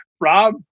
Rob